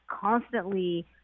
constantly